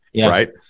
right